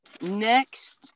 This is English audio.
Next